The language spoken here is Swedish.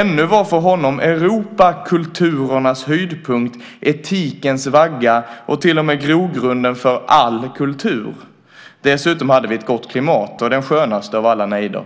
Ännu var för honom Europa kulturernas höjdpunkt, etikens vagga och till och med grogrunden för all kultur. Dessutom hade vi ett gott klimat och den skönaste av alla nejder.